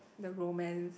the romance